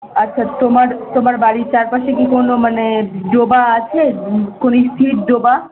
আচ্ছা তোমার তোমার বাড়ির চারপাশে কি কোনো মানে ডোবা আছে কোনো স্থির ডোবা